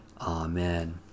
Amen